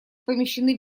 помещены